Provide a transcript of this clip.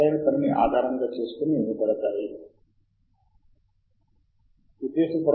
అందులో ఒకటి sign in మరియు మధ్యలోది రిజిస్టర్ మీ వివరాలు నమోదు చేయడానికి మీరు తప్పక క్లిక్ చేయాలి